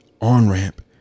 on-ramp